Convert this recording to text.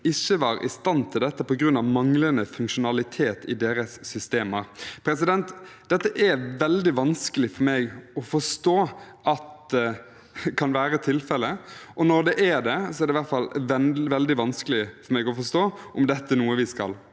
ikke var i stand til dette på grunn av manglende funksjonalitet i systemene sine. Det er veldig vanskelig for meg å forstå at dette kan være tilfellet. Når det er det, er det i hvert fall veldig vanskelig for meg å forstå at dette er noe vi skal